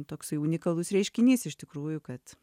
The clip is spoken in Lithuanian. toksai unikalus reiškinys iš tikrųjų kad